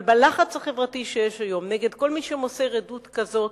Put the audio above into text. אבל בלחץ החברתי שיש היום נגד כל מי שמוסר עדות כזאת,